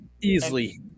easily